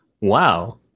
wow